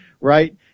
right